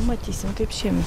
matysim kaip šiemet